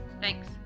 thanks